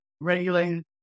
regulated